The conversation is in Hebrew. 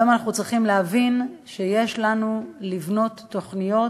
היום אנחנו צריכים להבין שעלינו לבנות תוכניות